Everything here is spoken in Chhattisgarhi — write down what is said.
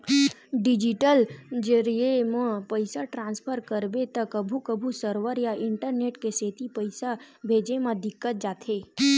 डिजिटल जरिए म पइसा ट्रांसफर करबे त कभू कभू सरवर या इंटरनेट के सेती पइसा भेजे म दिक्कत जाथे